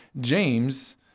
James